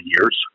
years